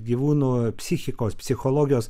gyvūnų psichikos psichologijos